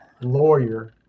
lawyer